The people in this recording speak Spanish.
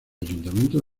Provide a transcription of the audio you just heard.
ayuntamiento